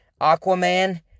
Aquaman